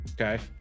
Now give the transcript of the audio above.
Okay